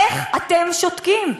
איך אתם שותקים?